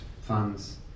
funds